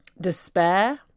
Despair